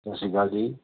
ਸਤਿ ਸ਼੍ਰੀ ਅਕਾਲ ਜੀ